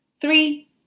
Three